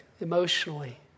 emotionally